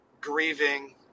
grieving